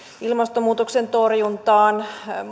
ilmastonmuutoksen torjuntaan